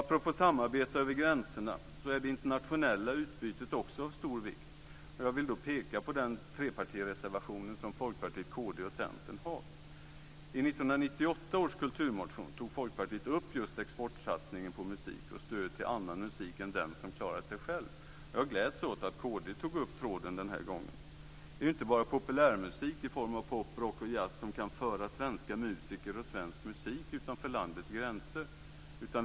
Apropå samarbete över gränserna är det internationella utbytet av stor vikt. Jag vill då peka på den trepartireservation som Folkpartiet, Kristdemokraterna och Centern har. I 1998 års kulturmotion tog Folkpartiet upp just exportsatsningen på musik och stöd till annan musik än den som klarar sig själv. Jag gläds åt att kd tog upp tråden den här gången. Det är ju inte bara populärmusik i form av pop, rock och jazz som kan föra svenska musiker och svensk musik utanför landets gränser.